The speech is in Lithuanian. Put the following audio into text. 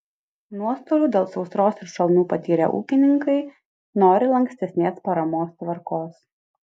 nuostolių dėl sausros ir šalnų patyrę ūkininkai nori lankstesnės paramos tvarkos